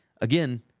again